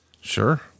Sure